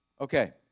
Okay